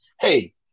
Hey